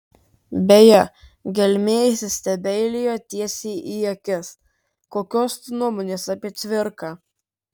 beje gelmė įsistebeilijo tiesiai į akis kokios tu nuomonės apie cvirką